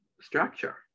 structure